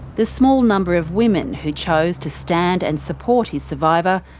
the small number of women who chose to stand and support his survivor,